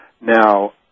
Now